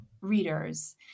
readers